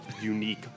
unique